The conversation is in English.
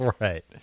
Right